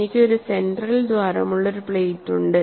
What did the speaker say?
എനിക്ക് ഒരു സെന്ററിൽ ദ്വാരമുള്ള ഒരു പ്ലേറ്റ് ഉണ്ട്